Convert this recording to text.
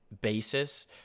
basis